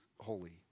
holy